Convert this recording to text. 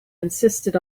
insisted